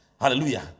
hallelujah